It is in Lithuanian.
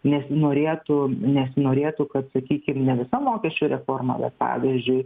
nesinorėtų nesinorėtų kad sakykim ne visa mokesčių reforma bet pavyzdžiui